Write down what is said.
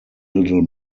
little